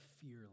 fear